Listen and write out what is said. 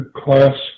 class